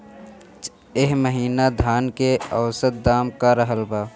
एह महीना धान के औसत दाम का रहल बा?